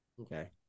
Okay